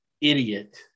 idiot